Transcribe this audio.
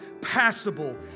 passable